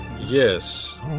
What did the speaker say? Yes